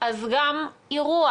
אז גם אירוע